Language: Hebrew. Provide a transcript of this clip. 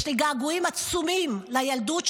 יש לי געגועים עצומים לילדות שלי,